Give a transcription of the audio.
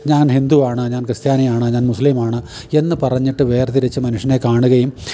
ഞാൻ ഹിന്ദുവാണ് ഞാൻ ക്രിസ്ത്യാനിയാണ് ഞാൻ മുസ്ലിമാണ് എന്ന് പറഞ്ഞിട്ട് വേർതിരിച്ച് മനുഷ്യനെ കാണുകയും